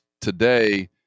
today